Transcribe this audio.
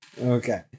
Okay